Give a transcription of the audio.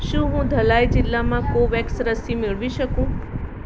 શું હું ધલાઈ જિલ્લામાં કોવેક્સ રસી મેળવી શકું